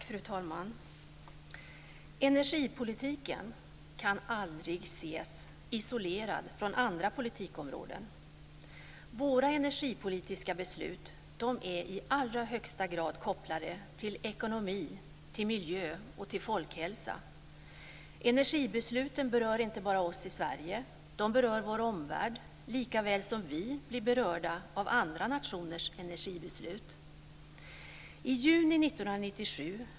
Fru talman! Energipolitiken kan aldrig ses isolerad från andra politikområden. Våra energipolitiska beslut är i allra högsta grad kopplade till ekonomi, miljö och folkhälsa. Energibesluten berör inte bara oss i Sverige. De berör vår omvärld likaväl som vi blir berörda av andra nationers energibeslut.